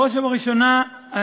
בראש ובראשונה,